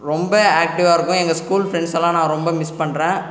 ரொம்ப ஆக்டிவாக இருக்கும் எங்கள் ஸ்கூல் ஃபிரண்ட்ஸ்ல்லாம் நான் ரொம்ப மிஸ் பண்ணுறேன்